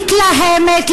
מתלהמת.